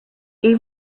even